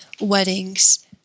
weddings